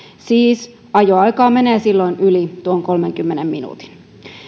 siis ajoaikaa menee silloin yli tuon kolmenkymmenen minuutin